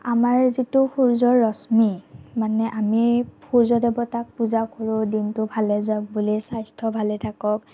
আমাৰ যিটো সূৰ্যৰ ৰশ্মি মানে আমি সূৰ্য দেৱতাক পূজা কৰোঁ দিনটো ভালে যাওক বুলি স্বাস্থ্য ভালে থাকক